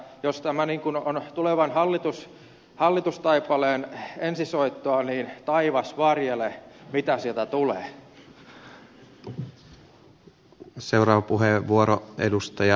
jos tämä on tulevan hallitustaipaleen ensisoittoa niin taivas varjele mitä sieltä tulee